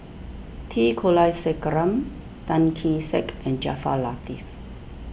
T Kulasekaram Tan Kee Sek and Jaafar Latiff